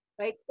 right